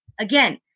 Again